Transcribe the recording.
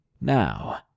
Now